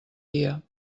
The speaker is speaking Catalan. dia